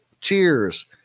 Cheers